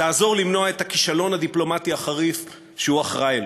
תעזור למנוע את הכישלון הדיפלומטי החריף שהוא אחראי לו.